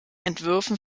entwürfen